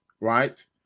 right